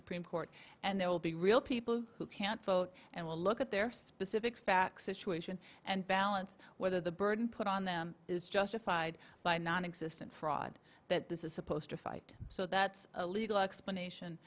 supreme court and there will be real people who can't vote and will look at their specific facts situation and balance whether the burden put on them is justified by a nonexistent fraud that this is supposed to fight so that a little explanation